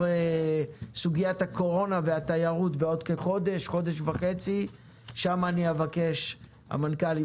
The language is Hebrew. סוגיית הקורונה והתיירות בעוד כחודש וחצי אני אבקש מהמנכ"ל להגיע,